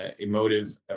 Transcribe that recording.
emotive